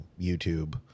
YouTube